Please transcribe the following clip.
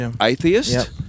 atheist